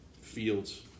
Fields